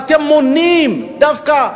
ואתם מונעים דווקא,